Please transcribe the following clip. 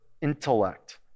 intellect